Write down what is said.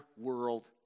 world